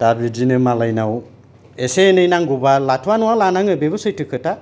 दा बिदिनो मालायनाव एसे एनै नांगौबा लाथ'आ नङा लानाङो बेबो सैथो खोथा